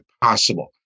possible